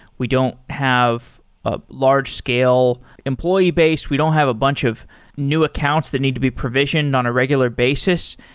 we don't have a large scale employee base. we don't have a bunch of new accounts that need to be provisioned on a regular basis.